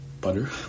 butter